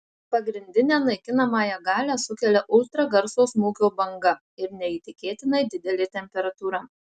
pagrindinę naikinamąją galią sukelia ultragarso smūgio banga ir neįtikėtinai didelė temperatūra